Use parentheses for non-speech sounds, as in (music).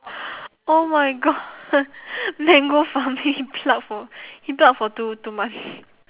oh my god (laughs) then go farming pluck for he pluck for two two months